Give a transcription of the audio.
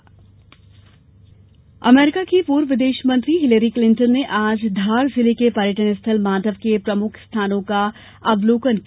Hillary Clinton अमरीका की पूर्व विदेश मंत्री हिलेरी क्लिंटन ने आज धार जिले के पर्यटन स्थल मांडव के प्रमुख स्थानों का अवलोकन किया